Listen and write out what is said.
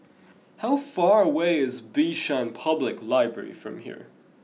how far away is Bishan Public Library from here